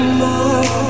more